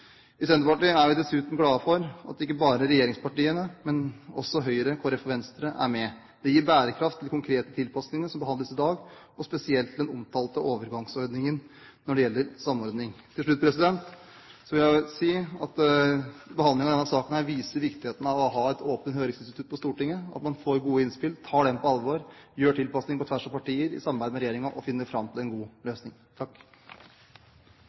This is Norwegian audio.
I Senterpartiet er vi dessuten glad for at ikke bare regjeringspartiene, men også Høyre, Kristelig Folkeparti og Venstre, er med. Det gir bærekraft til de konkrete tilpasningene som behandles i dag, og spesielt til den omtalte overgangsordningen når det gjelder samordning. Til slutt vil jeg si at behandlingen av denne saken viser viktigheten av å ha et åpent høringsinstitutt på Stortinget, at man får gode innspill, tar dem på alvor og gjør tilpasninger på tvers av partier i samarbeid med regjeringen, og finner fram til en god